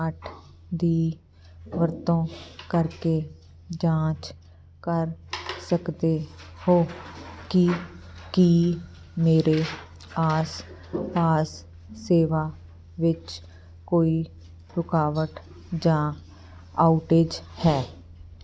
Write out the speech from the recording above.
ਅੱਠ ਦੀ ਵਰਤੋਂ ਕਰਕੇ ਜਾਂਚ ਕਰ ਸਕਦੇ ਹੋ ਕੀ ਕੀ ਮੇਰੇ ਆਸ ਪਾਸ ਸੇਵਾ ਵਿੱਚ ਕੋਈ ਰੁਕਾਵਟ ਜਾਂ ਆਊਟੇਜ ਹੈ